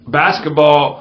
basketball